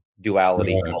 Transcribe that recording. duality